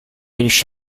riuscì